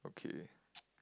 okay